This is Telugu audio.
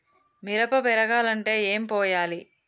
మిరప పెరగాలంటే ఏం పోయాలి?